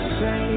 say